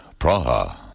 Praha